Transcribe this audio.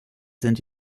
sind